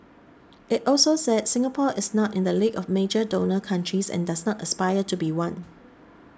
it also said Singapore is not in the league of major donor countries and does not aspire to be one